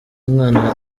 umwana